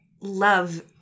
Love